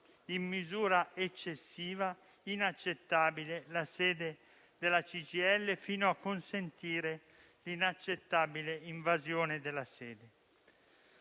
in misura eccessiva, inaccettabile, la sede della CGIL, fino a consentire l'inaccettabile invasione della stessa.